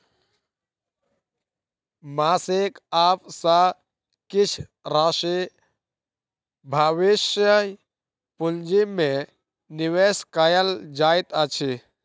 मासिक आय सॅ किछ राशि भविष्य पूंजी में निवेश कयल जाइत अछि